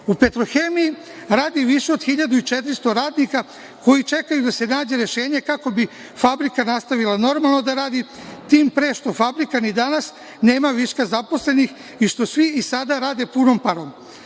U „Petrohemiji“ radi više od 1400 radnika, koji čekaju da se nađe rešenje kako bi fabrika nastavila normalno da radi, tim pre što fabrika ni danas nema viška zaposlenih i što svi i sada rade punom parom. Već